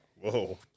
Whoa